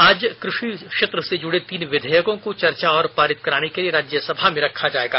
आज कृषि क्षेत्र से जुड़े तीन विधेयकों को चर्चा और पारित कराने के लिए राज्य सभा में रखा जायेगा